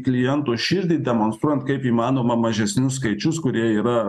kliento širdį demonstruojant kaip įmanoma mažesnius skaičius kurie yra